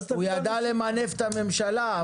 הוא אומנם ידע למנף את הממשלה,